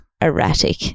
erratic